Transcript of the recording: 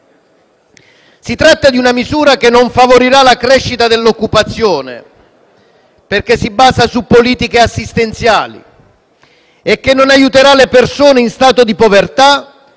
Si tratta di una misura che non favorirà la crescita dell'occupazione, perché si basa su politiche assistenziali, e che non aiuterà le persone in stato di povertà,